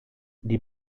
die